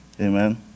Amen